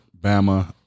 Bama